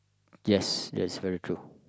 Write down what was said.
yes yes very true